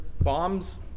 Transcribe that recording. bombs